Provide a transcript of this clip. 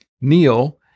Neil